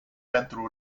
pentru